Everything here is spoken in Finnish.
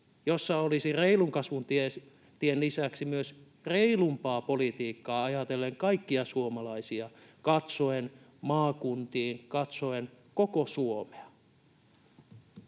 joissa olisi reilun kasvun tien lisäksi myös reilumpaa politiikkaa ajatellen kaikkia suomalaisia katsoen maakuntiin, katsoen koko Suomea.